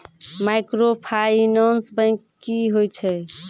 Microfinance bank की होय छै?